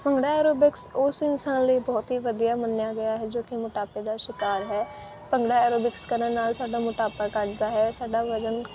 bhangra aerobics ਉਸ ਇਨਸਾਨ ਲਈ ਬਹੁਤ ਹੀ ਵਧੀਆ ਮੰਨਿਆ ਗਿਆ ਹੈ ਜੋ ਕਿ ਮੋਟਾਪੇ ਦਾ ਸ਼ਿਕਾਰ ਹੈ ਭੰਗੜਾ ਐਰੋਬਿਕਸ ਕਰਨ ਨਾਲ ਸਾਡਾ ਮੋਟਾਪਾ ਘਟਦਾ ਹੈ ਸਾਡਾ ਵਜ਼ਨ